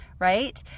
Right